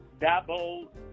Double